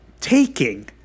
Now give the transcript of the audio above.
taking